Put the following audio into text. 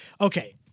Okay